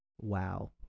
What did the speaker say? wow